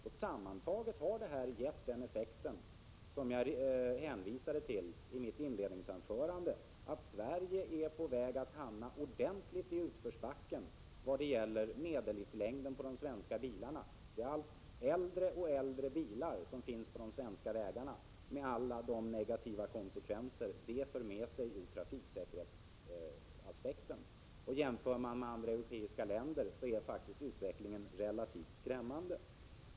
Sammantaget har detta gett den effekten som jag hänvisade till i mitt inledningsanförande, nämligen att Sverige är på väg att hamna ordentligt i utförsbacken i vad gäller medellivslängden på de svenska bilarna. Det blir allt äldre och äldre bilar som finns på de svenska vägarna. Det för med sig många negativa konsekvenser ur trafiksäkerhetssynpunkt. Om man jämför med andra europeiska länder är faktiskt utvecklingen relativt skrämmande.